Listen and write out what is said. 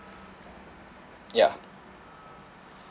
ya